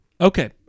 Okay